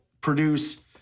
produce